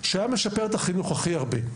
שלדעתו היה משפר את החינוך הכי הרבה,